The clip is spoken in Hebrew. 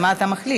אז מה אתה מחליט?